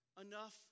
Enough